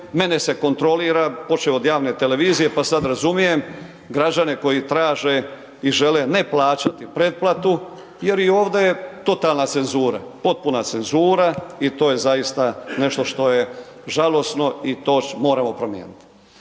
mene se kontrolira, počev od javne televizije pa sada razumijem građane koji traže i žele ne plaćati pretplatu jer i ovdje je totalna cenzura, potpuna cenzura i to je zaista nešto što je žalosno i to moramo promijeniti.